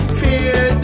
fear